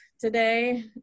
today